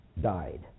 died